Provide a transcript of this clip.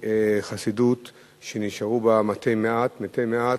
מחסידות שנשארו בה מתי מעט, מתי מעט,